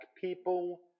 people